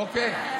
אוקיי,